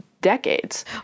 decades